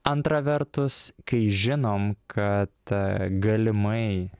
antra vertus kai žinom kad galimai